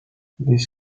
this